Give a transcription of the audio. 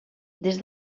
des